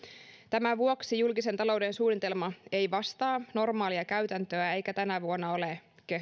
tämän vuoksi julkisen talouden suunnitelma ei vastaa normaalia käytäntöä eikä tänä vuonna ole